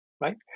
right